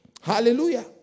Hallelujah